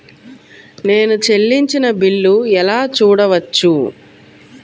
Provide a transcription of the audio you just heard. నేను చెల్లించిన బిల్లు ఎలా చూడవచ్చు?